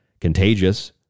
contagious